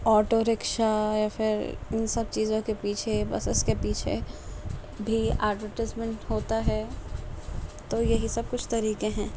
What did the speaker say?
auto rickshaw یا پھر ان سب چیزوں کے پیچھے بسیز کے پیچھے بھی ایڈورٹائزمنٹ ہوتا ہے تو یہی سب کچھ طریقے ہیں